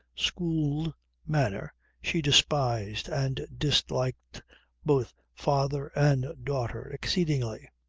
schooled manner she despised and disliked both father and daughter exceedingly.